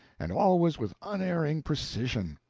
and always with unerring precision.